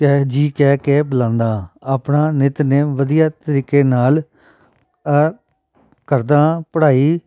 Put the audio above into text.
ਕਹਿ ਜੀ ਕਹਿ ਕੇ ਬੁਲਾਉਂਦਾ ਹਾਂ ਆਪਣਾ ਨਿਤਨੇਮ ਵਧੀਆ ਤਰੀਕੇ ਨਾਲ ਕਰਦਾ ਹਾਂ ਪੜ੍ਹਾਈ